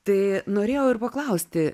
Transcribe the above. tai norėjau ir paklausti